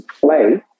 play